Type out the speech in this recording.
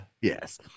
Yes